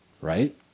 right